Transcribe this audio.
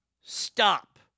Stop